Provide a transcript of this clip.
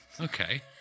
Okay